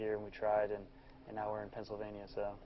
here we tried in an hour in pennsylvania